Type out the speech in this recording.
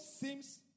seems